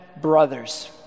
brothers